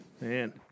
Man